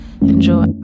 Enjoy